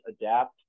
adapt